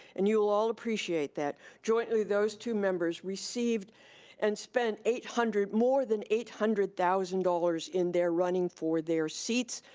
and you will all appreciate that, jointly, those two members received and spent eight hundred, more than eight hundred thousand dollars in their running for their seats.